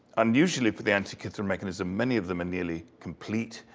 and usually for the antikythera mechanism, many of them are nearly complete.